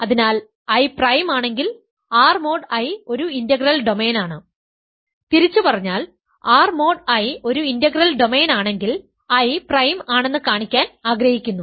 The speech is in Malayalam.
അതിനാൽ I പ്രൈം ആണെങ്കിൽ R മോഡ് I ഒരു ഇന്റഗ്രൽ ഡൊമെയ്നാണ് തിരിച്ചു പറഞ്ഞാൽ R മോഡ് I ഒരു ഇന്റഗ്രൽ ഡൊമെയ്നാണെങ്കിൽ I പ്രൈം ആണെന്ന് കാണിക്കാൻ ആഗ്രഹിക്കുന്നു